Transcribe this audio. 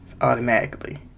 automatically